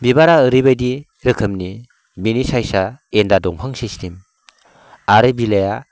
बिबारा ओरैबायदि रोखोमनि बिनि सायजआ एन्दा दंफां सिस्टेम आरो बिलाइआ